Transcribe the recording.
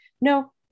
No